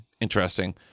interesting